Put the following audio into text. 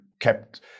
kept